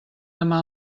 demà